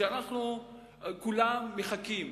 כשכולם מחכים